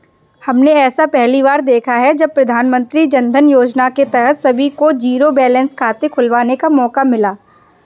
हमने ऐसा पहली बार देखा है जब प्रधानमन्त्री जनधन योजना के तहत सभी को जीरो बैलेंस खाते खुलवाने का मौका मिला